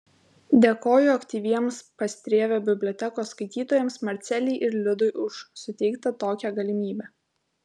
dėkoju aktyviems pastrėvio bibliotekos skaitytojams marcelei ir liudui už suteiktą tokią galimybę